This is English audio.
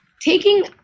taking